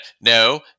no